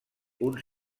uns